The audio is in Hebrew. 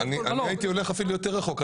אני הייתי הולך אפילו יותר רחוק.